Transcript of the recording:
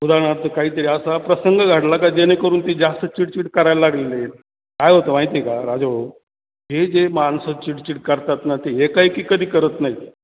उदाहरणार्थ काहीतरी असा प्रसंग घाडला का जेणेकरून ते जास्त चिडचिड करायला लागले काय होतं माहिती का राजाभाऊ हे जे माणसं चिडचिड करतात ना ते एकाएकी कधी करत नाहीत